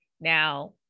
Now